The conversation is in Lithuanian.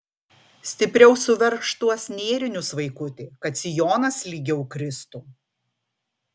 stipriau suveržk tuos nėrinius vaikuti kad sijonas lygiau kristų